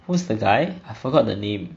what's the guy I forgot the name